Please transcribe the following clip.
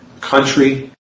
country